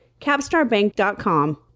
capstarbank.com